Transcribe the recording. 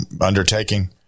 undertaking